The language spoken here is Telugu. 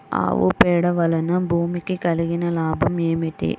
ఆవు పేడ వలన భూమికి కలిగిన లాభం ఏమిటి?